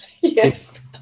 Yes